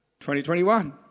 2021